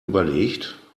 überlegt